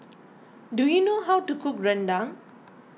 do you know how to cook Rendang